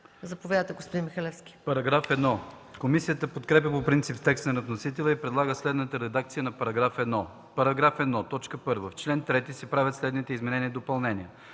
Заповядайте, господин Михалевски.